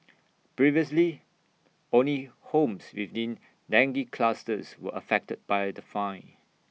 previously only homes within dengue clusters were affected by the fine